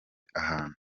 ahantu